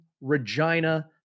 Regina